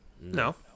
No